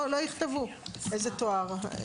לא יכתבו איזה תואר,